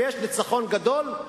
ויש ניצחון גדול,